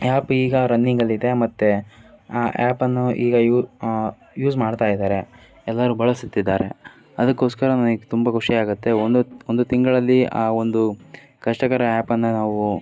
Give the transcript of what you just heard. app ಈಗ ರನ್ನಿಂಗಲ್ಲಿದೆ ಮತ್ತೆ ಆ ಆ್ಯಪನ್ನು ಈಗ ಯೂಸ್ ಮಾಡ್ತಾಯಿದ್ದಾರೆ ಎಲ್ಲರೂ ಬಳಸುತ್ತಿದ್ದಾರೆ ಅದಕ್ಕೋಸ್ಕರ ನನಗೆ ತುಂಬ ಖುಷಿ ಆಗುತ್ತೆ ಒಂದು ಒಂದು ತಿಂಗಳಲ್ಲಿ ಆ ಒಂದು ಕಷ್ಟಕರ ಆ್ಯಪನ್ನು ನಾವು